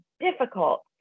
difficult